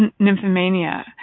nymphomania